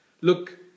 Look